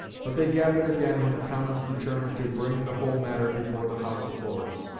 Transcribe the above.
but they gathered again when the commons determined to bring the whole matter before the house of lords.